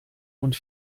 und